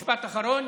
משפט אחרון,